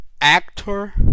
actor